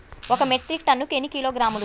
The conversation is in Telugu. ఒక మెట్రిక్ టన్నుకు ఎన్ని కిలోగ్రాములు?